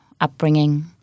upbringing